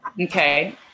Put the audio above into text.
Okay